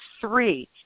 three